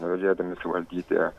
norėdami suvaldyti